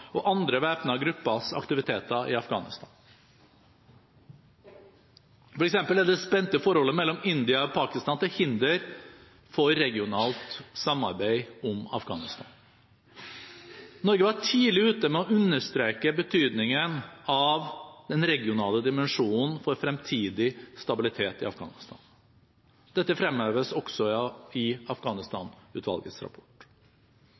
og andre væpnede gruppers aktiviteter i Afghanistan. For eksempel er det spente forholdet mellom India og Pakistan til hinder for regionalt samarbeid om Afghanistan. Norge var tidlig ute med å understreke betydningen av den regionale dimensjonen for fremtidig stabilitet i Afghanistan. Dette fremheves også i Afghanistan-utvalgets rapport.